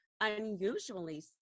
unusually